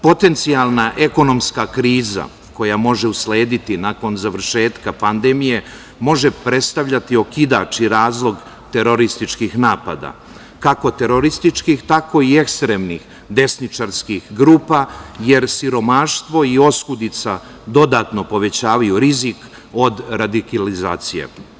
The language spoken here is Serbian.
Potencijala ekonomska kriza koja može uslediti nakon završetka pandemije može predstavljati okidač i razlog terorističkih napada, kako terorističkih, tako i ekstremnih desničarskih grupa jer siromaštvo i oskudica dodatno povećavaju rizik od radikalizacije.